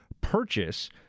purchase